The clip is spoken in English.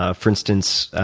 ah for instance,